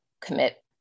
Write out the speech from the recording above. commit